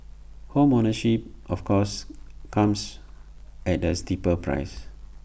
home ownership of course comes at A steeper price